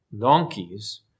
donkeys